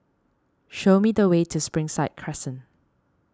show me the way to Springside Crescent